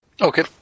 Okay